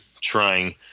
trying